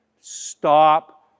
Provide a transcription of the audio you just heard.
Stop